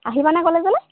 আহিবানে ক'লেজলৈ